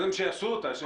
שקודם יעשו אותה.